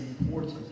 important